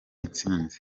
intsinzi